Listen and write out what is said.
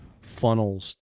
funnels